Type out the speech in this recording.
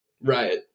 Right